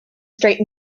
straight